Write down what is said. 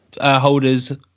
holders